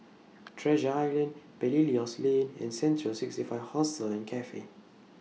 Treasure Island Belilios Lane and Central sixty five Hostel and Cafe